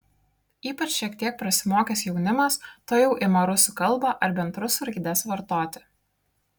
ypač šiek tiek prasimokęs jaunimas tuojau ima rusų kalbą ar bent rusų raides vartoti